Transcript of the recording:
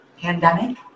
pandemic